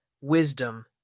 wisdom